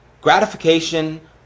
gratification